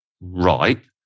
Right